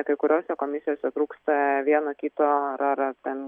kai kuriose komisijose trūksta vieno kito ar ar ten